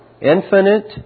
infinite